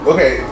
Okay